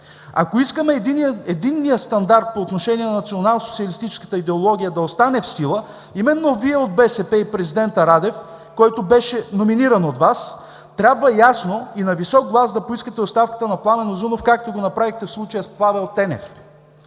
Ако искаме единният стандарт по отношение на национал-социалистическата идеология да остане в сила, именно Вие от БСП и президентът Радев, който беше номиниран от Вас, трябва ясно и на висок глас да поискате оставката на Пламен Узунов, както го направихте в случая с Павел Тенев.